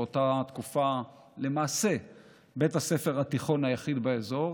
באותה תקופה זה היה למעשה בית הספר התיכון היחיד באזור,